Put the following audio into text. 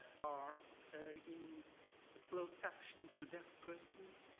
are in ah closed caption to deaf persons,